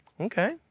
Okay